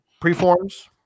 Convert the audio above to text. preforms